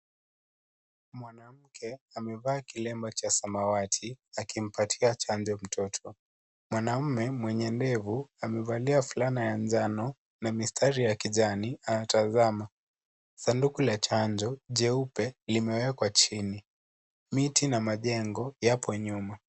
Mwanamke amevaa kilemba cha samawati akimpatia chanjo mtoto. Mwanamume mwenye ndevu amevalia fulana ya njano na mistari ya kijani anatazama. Sanduku la chanjo jeupe limewekwa chini. Miti na majengo yapo nyuma.